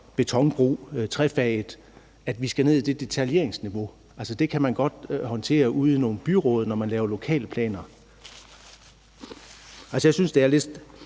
betonbro, og at vi skal ned i det detaljeringsniveau. Det kan man altså godt håndtere ude i nogle byråd, når man laver lokalplaner. Jeg synes, at det er lidt